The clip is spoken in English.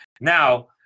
Now